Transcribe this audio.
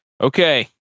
Okay